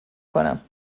کنم